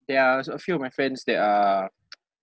there are s~ a few of my friends that are